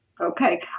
Okay